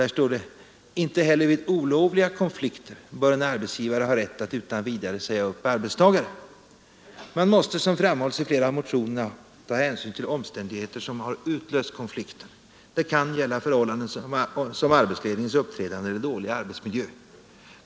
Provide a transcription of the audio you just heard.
Det står där: ”Inte heller vid olovliga konflikter bör en arbetsgivare ha rätt att utan vidare säga upp arbetstagare. Man måste, såsom framhålls i flera av motionerna, ta hänsyn till de omständigheter som utlöst konflikten. Det kan exempelvis gälla förhållanden som arbetsledningens uppträdande eller dålig arbetsmiljö.